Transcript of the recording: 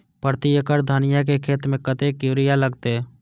प्रति एकड़ धनिया के खेत में कतेक यूरिया लगते?